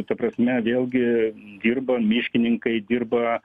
ta prasme vėlgi dirba miškininkai dirba